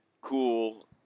cool